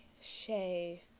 Shay